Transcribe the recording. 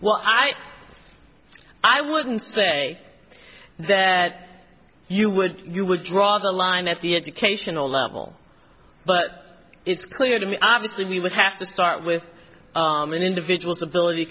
well i i wouldn't say that you would you would draw the line at the educational level but it's clear to me obviously we would have to start with an individual's ability to